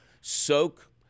Soak